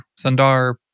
Sundar